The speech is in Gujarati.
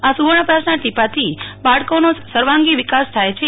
આ સુવર્ણપ્રાસના ટીપાથી બાળકોને સર્વાંગી વિકાસ થાય છે